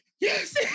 yes